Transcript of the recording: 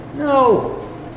No